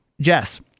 Jess